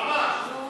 "חמאס", נו.